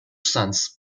sons